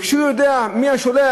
וכשהוא יודע מי השולח,